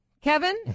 Kevin